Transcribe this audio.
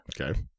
Okay